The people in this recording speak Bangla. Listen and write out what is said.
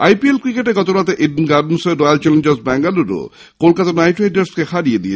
আইপিএল ক্রিকেটে গতরাতে ইডেনে Royal Challenger Bangalore Kolkata Knight রাইর্ডাসকে হারিয়ে দিয়েছে